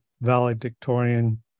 valedictorian